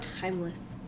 timeless